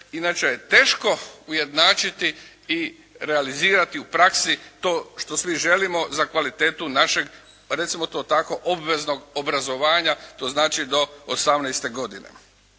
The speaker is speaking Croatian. inače je teško ujednačiti i realizirati u praksi to što svi želimo za kvalitetu našeg recimo to tako obveznog obrazovanja, to znači do 18. godine.